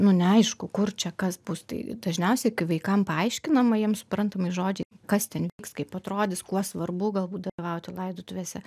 nu neaišku kur čia kas bus tai dažniausiai kai vaikam paaiškinama jiem suprantamais žodžiai kas ten vyks kaip atrodys kuo svarbu galbūt dalyvauti laidotuvėse